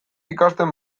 ikasten